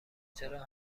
چرا